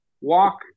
walk